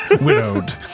Widowed